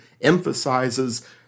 emphasizes